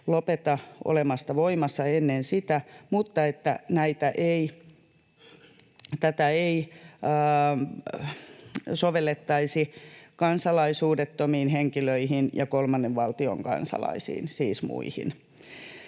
lopeta olemasta voimassa ennen sitä, että tätä ei sovellettaisi kansalaisuudettomiin henkilöihin ja muihin kolmannen valtion kansalaisiin. Sen